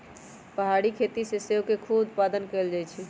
पहारी खेती में सेओ के खूब उत्पादन कएल जाइ छइ